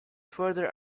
farther